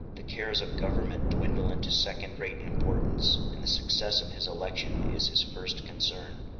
the cares of government dwindle into second-rate importance, and the success of his election is his first concern.